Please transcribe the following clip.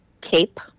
cape